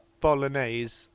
Bolognese